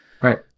right